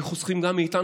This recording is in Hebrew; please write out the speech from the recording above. הם היו חוסכים גם מאיתנו,